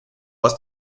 aus